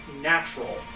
natural